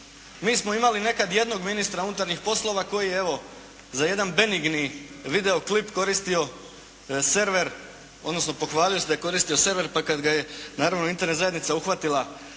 Mi smo imali nekad jednog ministra unutarnjih poslova koji je evo za jedan benigni video klip koristio server odnosno pohvalio se da je koristio server, pa kad ga je naravno Internet zajednica uhvatila